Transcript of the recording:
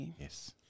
yes